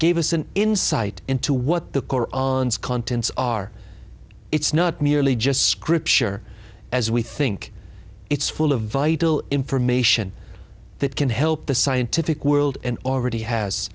gave us an insight into what the contents are it's not merely just scripture as we think it's full of vital information that can help the scientific world already has